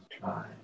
try